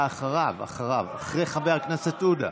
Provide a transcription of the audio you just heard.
אתה אחריו, אחרי חבר הכנסת עודה.